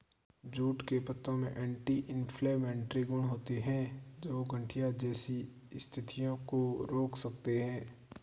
jute के पत्तों में एंटी इंफ्लेमेटरी गुण होते हैं, जो गठिया जैसी स्थितियों को रोक सकते हैं